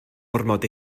ormod